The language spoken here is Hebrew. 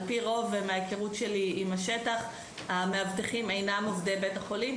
על פי רוב מההיכרות שלי עם השטח המאבטחים אינם עובדי בית החולים,